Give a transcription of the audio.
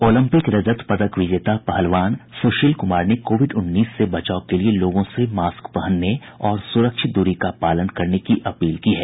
Olympic रजत पदक विजेता पहलवान सुशील कुमार ने कोविड उन्नीस से बचाव के लिए लोगों से मास्क पहनने और सुरक्षित दूरी का पालन करने का अपील की है